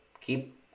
keep